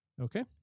Okay